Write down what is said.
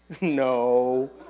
No